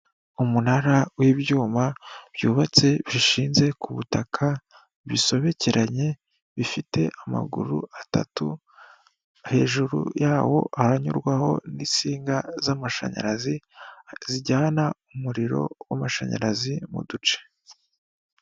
Umunara w'ibyuma byubatse bishinze ku butaka bisobekeranye bifite amaguru atatu, hejuru yawo haranyurwaho n'insinga z'amashanyarazi zijyana umuriro w'amashanyarazi mu duce.